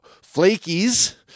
Flakey's